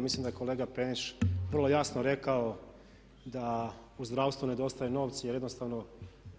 Mislim da je kolega Penić vrlo jasno rekao da u zdravstvu nedostaju novci, jer jednostavno